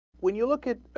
when you look at ah.